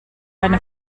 eine